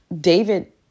David